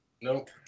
Nope